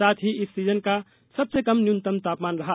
साथ ही इस सीजन का सबसे कम न्यूनतम तापमान रहा